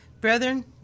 Brethren